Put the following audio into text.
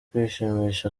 kwishimisha